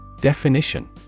Definition